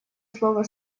слово